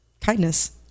kindness